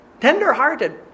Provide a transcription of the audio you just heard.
tender-hearted